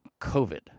COVID